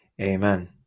amen